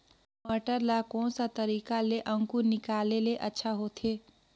मटर ला कोन सा तरीका ले अंकुर निकाले ले अच्छा होथे?